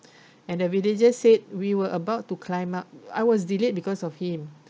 and the villagers said we were about to climb up I was delayed because of him